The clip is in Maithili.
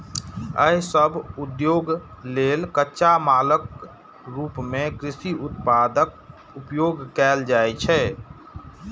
एहि सभ उद्योग लेल कच्चा मालक रूप मे कृषि उत्पादक उपयोग कैल जाइ छै